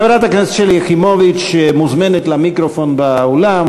חברת הכנסת שלי יחימוביץ מוזמנת למיקרופון באולם